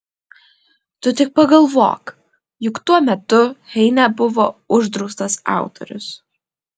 tu tik pagalvok juk tuo metu heine buvo uždraustas autorius